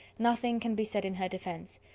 nothing can be said in her defence,